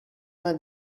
vingt